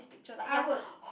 I would